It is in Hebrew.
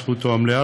זכותו המלאה,